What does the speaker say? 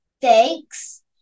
Thanks